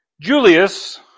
Julius